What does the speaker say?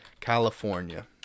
California